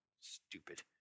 stupid